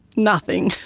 nothing.